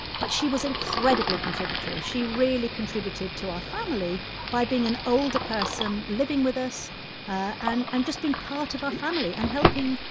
but she was incredibly contributory. she really contributed to our family by being an older person living with us and and just being part of our family and helping.